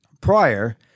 prior